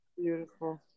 Beautiful